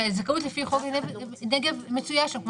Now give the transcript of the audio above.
וזכאות לפי חוק הנגב מצויה שם.